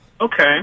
Okay